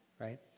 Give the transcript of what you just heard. right